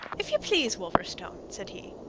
if you please, wolverstone, said he,